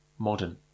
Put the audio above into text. Modern